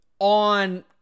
on